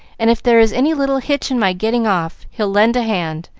and if there is any little hitch in my getting off, he'll lend a hand,